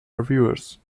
reviewers